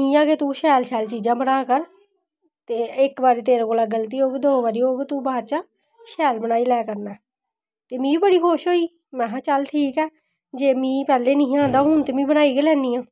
इ'यां गै तू शैल शैल चीजां बनाया कर ते इक बारी तेरे कोला गलती होई गी दूई बारी होई गी तू बाद च शैल बनाई लै करना ते में बड़ी खुश होई में आक्खेआ चल ठीक ऐ जे मिगी पैह्ले निं हा आंदा ते हून में बनाई गै लैन्नी आं